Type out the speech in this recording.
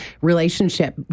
relationship